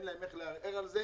אין להם איך לערער על זה.